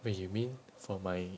wait you mean for my